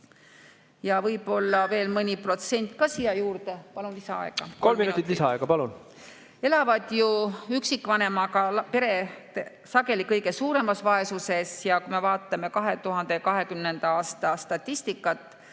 Ja võib-olla veel mõni protsent ka siia juurde. Palun lisaaega! Kolm minutit lisaaega, palun! Elavad ju üksikvanemaga pered sageli kõige suuremas vaesuses. Kui me vaatame 2020. aasta statistikat,